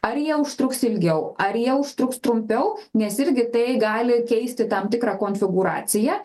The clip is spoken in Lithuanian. ar jie užtruks ilgiau ar jie užtruks trumpiau nes irgi tai gali keisti tam tikrą konfigūraciją